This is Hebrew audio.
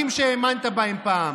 שהאמנת בהם פעם.